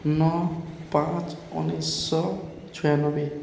ନଅ ପାଞ୍ଚ ଉଣେଇଶହ ଛୟାନବେ